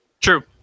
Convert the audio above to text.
True